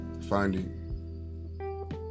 Finding